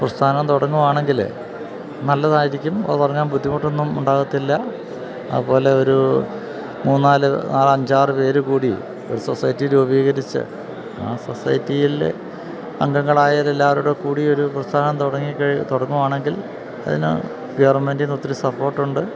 പ്രസ്ഥാനം തുടങ്ങുകയാണെങ്കില് നല്ലതായിരിക്കും തുടങ്ങാൻ ബുദ്ധിമുട്ടൊന്നുമുണ്ടാകില്ല അതുപോലെ ഒരു മൂന്ന് നാല് നാല് അഞ്ചാറ് പേര് കൂടി ഒരു സൊസൈറ്റി രൂപീകരിച്ച് ആ സൊസൈറ്റിയില് അംഗങ്ങളായവര് എല്ലാവരുംകൂടെ കൂടി ഒരു പ്രസ്ഥാനം തുടങ്ങുകയാണെങ്കിൽ അതിന് ഗവൺമെൻറ്റില് നിന്ന് ഒത്തിരി സപ്പോർട്ടുണ്ട്